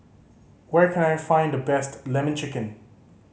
where can I find the best Lemon Chicken